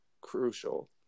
crucial